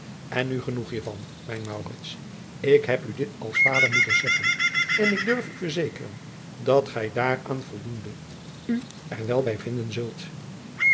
en nu genoeg hiervan mijn maurits ik heb u dit als vader moeten zeggen en ik durf u verzekeren dat gij daaraan voldoende u er wel bij bevinden zult